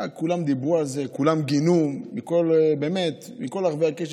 כולם דיברו על זה, כולם גינו, באמת מכל רחבי הקשת.